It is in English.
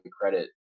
credit